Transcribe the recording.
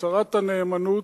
הצהרת הנאמנות.